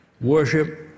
worship